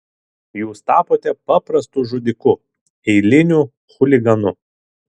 jūs tapote paprastu žudiku eiliniu chuliganu